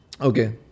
okay